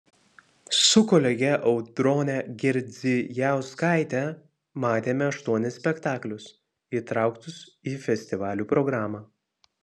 su kolege audrone girdzijauskaite matėme aštuonis spektaklius įtrauktus į festivalio programą